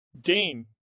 Dane